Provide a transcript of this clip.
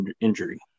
injury